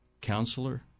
Counselor